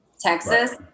Texas